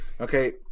Okay